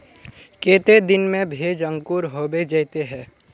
केते दिन में भेज अंकूर होबे जयते है?